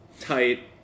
tight